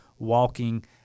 walking